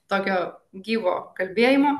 tokio gyvo kalbėjimo